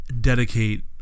Dedicate